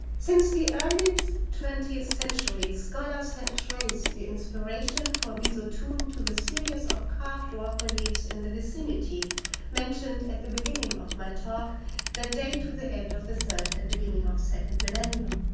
since the early twentieth century, scholars have traced the inspiration for bisotun to the series of carved rock reliefs in the vicinity mentioned at the beginning of my talk that date to the end of this third and beginning of second millennium.